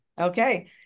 Okay